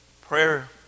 Prayer